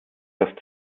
dass